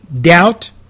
doubt